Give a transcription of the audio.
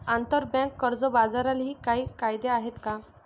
आंतरबँक कर्ज बाजारालाही काही कायदे आहेत का?